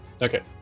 Okay